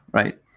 right?